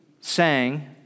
sang